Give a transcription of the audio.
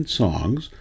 songs